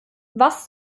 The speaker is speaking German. was